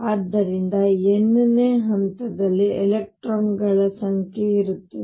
ಆದ್ದರಿಂದ n ನೇ ಹಂತದಲ್ಲಿ ಎಲೆಕ್ಟ್ರಾನ್ಗಳ ಸಂಖ್ಯೆ ಇರುತ್ತದೆ